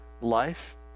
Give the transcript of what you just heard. Life